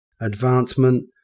advancement